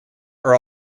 are